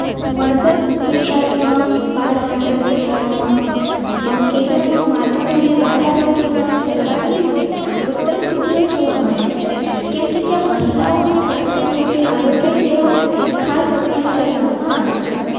મરણ દર ગુજરાતમાં બાળમરણ દર ગુજરાતમાં કેરળમાં માતૃ અને બાળ આરોગ્યમાં સરવાળી રીતે ઉત્તમ સ્થિતિઓ જોવા મળે છે કેમકે ત્યાં મહિલાઓ અને બાળકો માટે આરોગ્ય સેવા માટે ખાસ અભિયાન ચલાવવામાં આવે છે